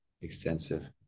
extensive